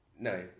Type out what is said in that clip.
no